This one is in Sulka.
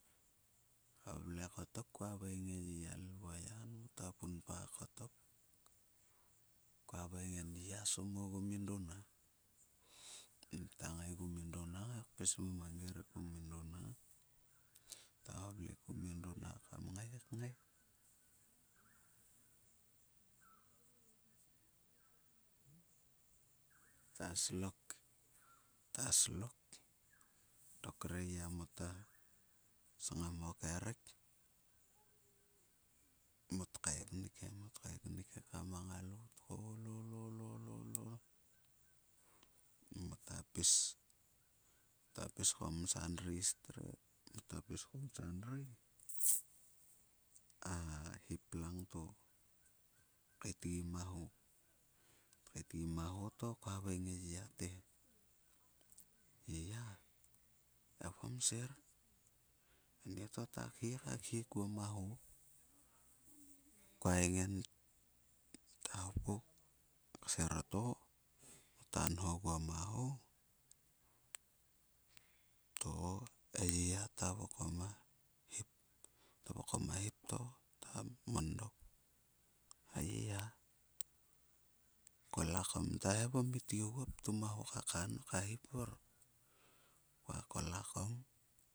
Valve kotak kua veng e yiya lilvoyan kottok khaveng. Yiya somuo ogum induna. Mota ngaigu induna kpis mo mangi ruk kum induna. Ngatto ravle kum induna kam ngai kngai ta slok. Ta slok to dok kre yiya mota sngam o kerik mot kaeknuk he. Mot kaeknik eakm a ngalout kaul ol ol ol ol ol. Ngato pis kam sandi stret. Mota pis kom sandri a hip langto tkeitgi ma ho. Tkeitgi ma ho to kua haveing e yiya te "yiya egom sir anieto ka khi ka khi kuo va ho." havaing en ta kser a ho. To e yiya ta vokom a hip. To a vokom a hip to ta mondok. "ai yiya kol a kamta he itgi oguo he ptum a ho ka kha nok not a hip vor." kuna kola kom